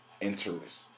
interest